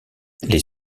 les